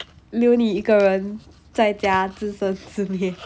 留你一个人在家自生自灭